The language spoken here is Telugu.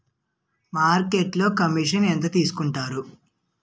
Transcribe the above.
మార్కెట్లో కమిషన్ ఎంత తీసుకొంటారు?